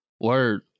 word